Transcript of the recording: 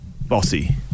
bossy